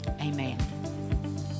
Amen